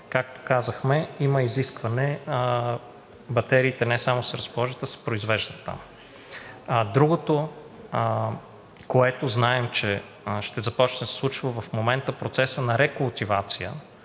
както казахме, има изискване батериите не само да се разположат, а да се произвеждат там. Другото, което знаем, че ще започне да се случва, в момента процесът на рекултивация